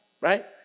right